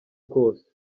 kose